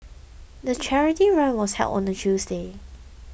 the charity run was held on a Tuesday